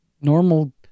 normal